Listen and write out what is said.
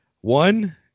One